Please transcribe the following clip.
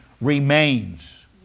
remains